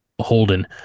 Holden